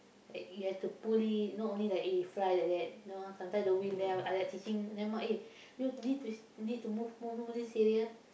like you have to pull it not only like eh fly like that no ah sometimes the wind then I I like teaching them eh you need need to move move this area